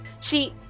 she-